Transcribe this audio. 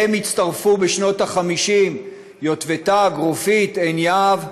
אליהם הצטרפו בשנות ה-50 יוטבתה, גרופית, עין יהב,